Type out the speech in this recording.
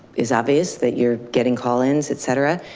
is obvious that you're getting call ins etc.